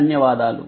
ధన్యవాదాలు